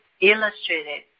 illustrated